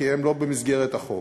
כי הם לא במסגרת החוק.